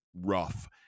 rough